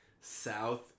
south